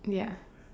ya